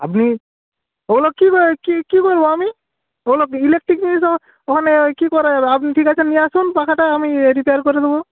আপনি ওগুলো কী কী কী করব আমি ওগুলো ইলেকট্রিক জিনিস ওখানে কী করা যাবে আপনি ঠিক আছে নিয়ে আসুন পাখাটা আমি রিপেয়ার করে দেব